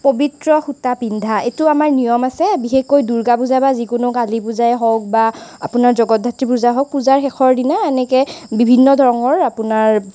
পবিত্ৰ সূতা পিন্ধা এইটো আমাৰ নিয়ম আছে বিশেষকৈ দূৰ্গা পূজা বা যিকোনো কালি পূজাই হওক বা আপোনাৰ জগতধাত্ৰী পূজা হওক পূজাৰ শেষৰ দিনা এনেকৈ বিভিন্ন ৰঙৰ আপোনাৰ